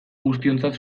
guztiontzat